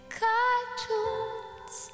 cartoons